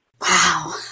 Wow